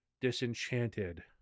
disenchanted